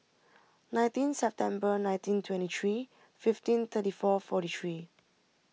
nineteen September nineteen twenty three fifteen thirty four forty three